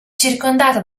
circondata